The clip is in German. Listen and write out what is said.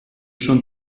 schon